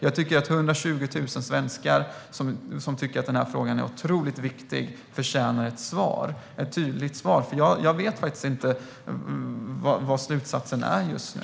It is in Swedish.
Jag tycker att 120 000 svenskar, som tycker att denna fråga är otroligt viktig, förtjänar ett tydligt svar. Jag vet faktiskt inte vad slutsatsen är just nu.